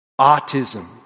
Autism